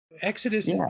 Exodus